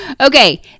Okay